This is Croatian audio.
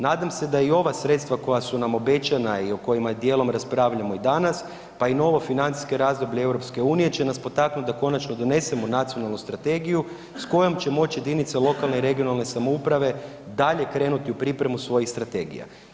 Nadam se da i ova sredstava koja su nam obećana i o kojima dijelom raspravljamo i danas, pa i novi financijsko razdoblje EU će nas potaknut da konačno donesemo nacionalnu strategiju s kojom će moći jedinica lokalne i regionalne samouprave dalje krenuti u pripremu svojih strategija.